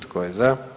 Tko je za?